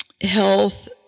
health